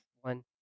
One